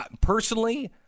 Personally